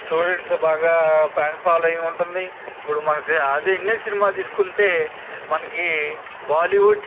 students బాగా fan following ఉంటుంది ఇప్పుడు మన అదే ఇండియన్ సినిమా తీసుకుంటే మనకు బాలీవుడ్